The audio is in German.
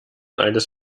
eines